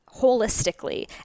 holistically